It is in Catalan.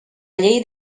llei